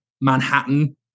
Manhattan